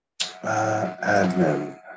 Admin